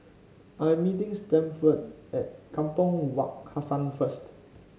I am meeting Stanford at Kampong Wak Hassan first